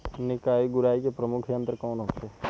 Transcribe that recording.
निकाई गुराई के प्रमुख यंत्र कौन होखे?